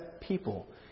people